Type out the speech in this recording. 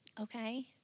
Okay